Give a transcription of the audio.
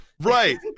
Right